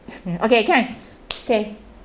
mm okay can okay